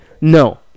No